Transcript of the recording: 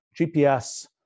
gps